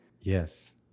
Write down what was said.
Yes